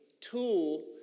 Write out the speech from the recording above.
tool